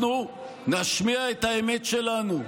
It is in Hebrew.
אנחנו נשמיע את האמת שלנו.